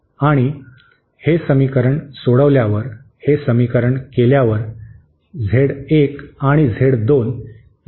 आणि हे समीकरण सोडवल्यावर हे समीकरण केल्यावर झेड 1 आणि झेड 2 यांच्यामधले संबंध मिळतील